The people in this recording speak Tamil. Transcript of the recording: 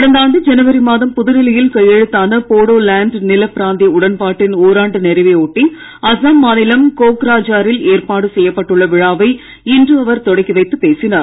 கடந்த ஆண்டு ஜனவரி மாதம் புதுடெல்லியில் கையெழுத்தான போடோ லாண்ட் நிலப் பிராந்திய உடன்பாட்டின் ஓராண்டு நிறைவை ஒட்டி அசாம் மாநிலம் கோக்ராஜாரில் ஏற்பாடு செய்யப்பட்டுள்ள விழாவை இன்று அவர் தொடக்கி வைத்து பேசினார்